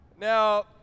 Now